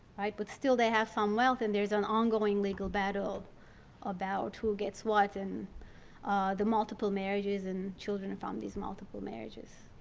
right? but still they have some wealth and there's an ongoing legal battle about who gets what and the multiple marriages and children from these multiple marriages.